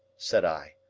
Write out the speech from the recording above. said i.